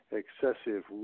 excessive